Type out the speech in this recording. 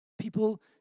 People